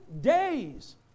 days